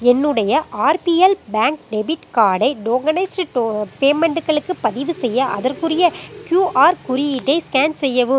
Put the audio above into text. என்னுடைய RBL bank debit கார்டை tokenised டோ பேமெண்ட்களுக்கு பதிவு செய்ய அதற்குரிய கியூஆர் குறியீட்டை ஸ்கேன் செய்யவும்